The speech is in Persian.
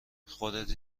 خودت